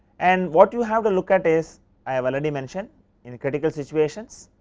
and what you have to look at is i have already mention in critical situations,